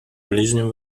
ближнем